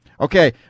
okay